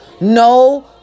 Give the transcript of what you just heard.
No